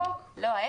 לא לרשום את זה.